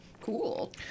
Cool